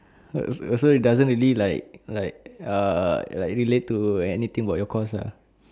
oh so so it doesn't really like like ah like relate to anything about your course lah